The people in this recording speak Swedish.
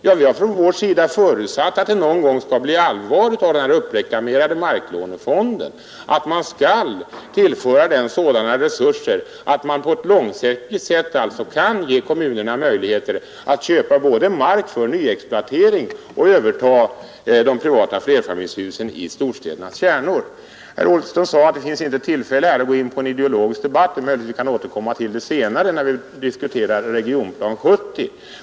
Ja, vi har från vårt håll förutsatt att det någon gång skulle bli allvar med den uppreklamerade marklånefonden och att den skulle tillföras sådana resurser att man på lång sikt kan ge kommunerna möjligheter att köpa både mark för nyexploatering och att överta de privata flerfamiljshusen i städernas kärnor. Herr Ullsten sade att det nu inte är det rätta tillfället att föra en ideologisk debatt men att vi möjligen kan återkomma till detta när vi diskuterar Regionplan 70.